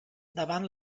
davant